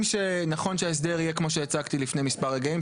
שנכון שההסדר יהיה כמו שהצגתי לפני מספר רגעים,